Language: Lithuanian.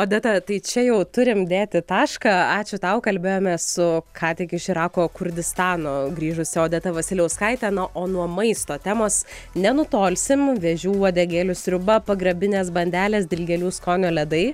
odeta tai čia jau turim dėti tašką ačiū tau kalbėjome su ką tik iš irako kurdistano grįžusi odeta vasiliauskaitė na o nuo maisto temos nenutolsim vėžių uodegėlių sriuba pagrabinės bandelės dilgėlių skonio ledai